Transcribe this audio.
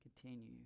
continue